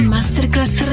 Masterclass